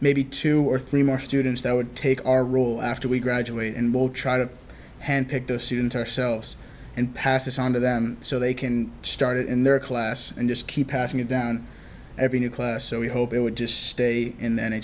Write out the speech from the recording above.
maybe two or three more students that would take our rule after we graduate and will try to handpick the student ourselves and pass this on to them so they can start it in their class and just keep passing it down every so we hope it would just stay in